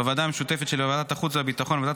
בוועדה המשותפת של ועדת החוץ והביטחון וועדת